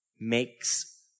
makes